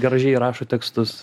gražiai rašo tekstus